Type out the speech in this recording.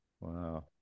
Wow